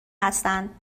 هستند